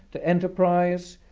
to enterprise,